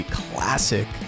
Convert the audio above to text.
classic